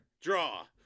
draw